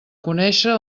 conèixer